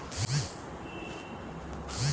ಸಾಲ ಕಟ್ಟಲು ಆಗುತ್ತಿಲ್ಲ